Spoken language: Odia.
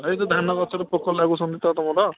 ଏ ଯେଉଁ ଧାନ ଗଛରେ ପୋକ ଲାଗୁଛନ୍ତି ତ ତୁମର